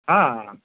હા